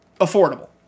affordable